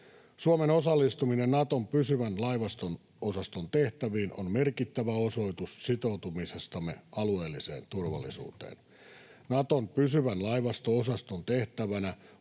Suomen osallistuminen Naton pysyvän laivasto-osaston tehtäviin on merkittävä osoitus sitoutumisestamme alueelliseen turvallisuuteen. Naton pysyvän laivasto-osaston tehtävänä